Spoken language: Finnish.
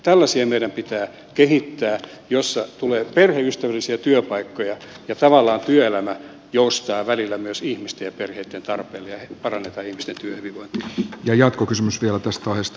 tällaisia meidän pitää kehittää joissa tulee perheystävällisiä työpaikkoja ja tavallaan työelämä joustaa välillä myös ihmisten ja perheitten tarpeille ja parannetaan ihmisten työhyvinvointia